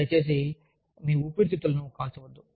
దయచేసి మీ ఊపిపిరితిత్తులను కాల్చవద్దు